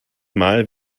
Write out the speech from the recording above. mal